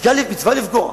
מצווה לפגוע,